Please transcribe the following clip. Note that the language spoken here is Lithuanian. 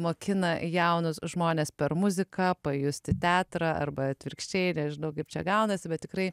mokina jaunus žmones per muziką pajusti teatrą arba atvirkščiai nežinau kaip čia gaunasi bet tikrai